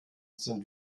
sind